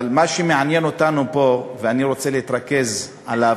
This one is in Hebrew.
אבל מה שמעניין אותנו פה, ואני רוצה להתרכז בו,